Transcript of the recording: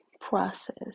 process